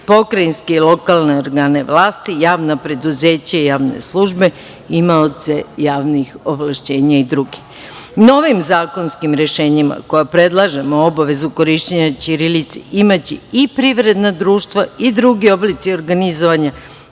pokrajinske i lokalne organe vlasti, javna preduzeća i javne službe, imaoce javnih ovlašćenja i druge. Novim zakonskim rešenjima, kojima predlažemo obavezu korišćenja ćirilice, imaće i privredna društva i drugi oblici organizovanja